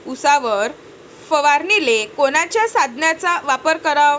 उसावर फवारनीले कोनच्या साधनाचा वापर कराव?